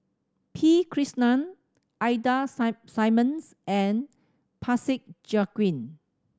P Krishnan Ida Simmons and Parsick Joaquim